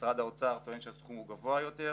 משרד האוצר טוען שהסכום הוא גבוה יותר.